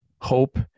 hope